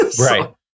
Right